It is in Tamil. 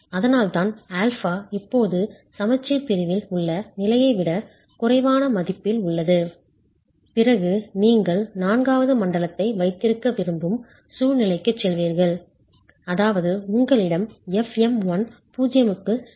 அதனால்தான் α இப்போது சமச்சீர் பிரிவில் உள்ள நிலையை விட குறைவான மதிப்பில் உள்ளது பிறகு நீங்கள் நான்காவது மண்டலத்தை வைத்திருக்க விரும்பும் சூழ்நிலைக்கு செல்வீர்கள் அதாவது உங்களிடம் fm1 0க்கு சமம்